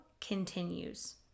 continues